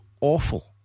awful